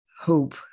hope